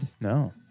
No